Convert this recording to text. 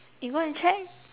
you go and check